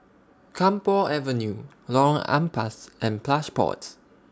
Camphor Avenue Lorong Ampas and Plush Pods